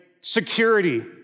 security